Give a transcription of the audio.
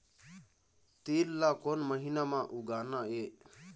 तील ला कोन महीना म उगाना ये?